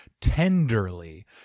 tenderly